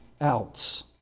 else